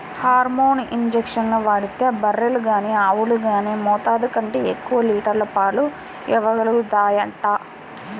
hormone ఇంజక్షన్లు వాడితే బర్రెలు గానీ ఆవులు గానీ మోతాదు కంటే ఎక్కువ లీటర్ల పాలు ఇవ్వగలుగుతాయంట